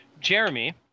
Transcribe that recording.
Jeremy